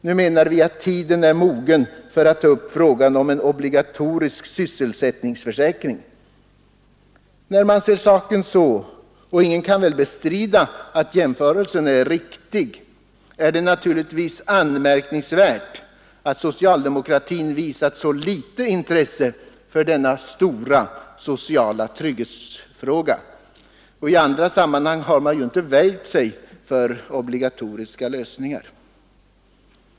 Nu menar vi att tiden är mogen att ta upp frågan om en obligatorisk sysselsättningsförsäkring. När man ser saken så — och ingen kan väl bestrida att jämförelsen är riktig — är det naturligtvis anmärkningsvärt att socialdemokratin visat så litet intresse för denna stora sociala trygghetsfråga. I andra sammanhang har man ju inte väjt för obligatoriska lösningar.